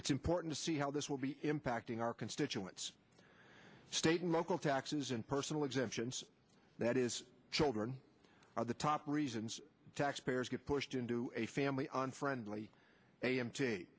it's important to see how this will be impacting our constituents state and local taxes and personal exemptions that is children are the top reasons taxpayers get pushed into a family unfriendly a